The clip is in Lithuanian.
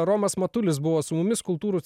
romas matulis buvo su mumis kultūrų